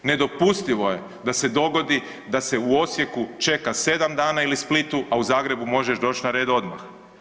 Nedopustivo je da se dogodi da se u Osijeku čeka 7 dana ili Splitu, a u Zagrebu možeš doći na red odmah.